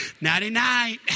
Nighty-night